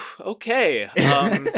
okay